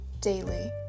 daily